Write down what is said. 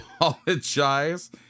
apologize